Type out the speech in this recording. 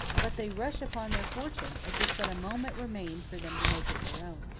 but they rush upon their fortune as if but a moment remained for them to make it their own.